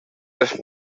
les